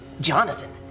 Jonathan